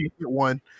one